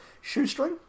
shoestring